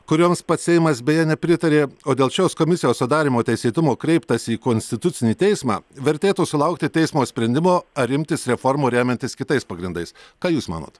kurioms pats seimas beje nepritarė o dėl šios komisijos sudarymo teisėtumo kreiptasi į konstitucinį teismą vertėtų sulaukti teismo sprendimo ar imtis reformų remiantis kitais pagrindais ką jūs manot